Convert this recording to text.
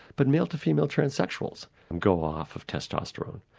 but male-to-female transsexuals go off of testosterone.